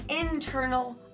internal